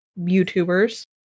YouTubers